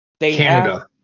Canada